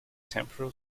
temporal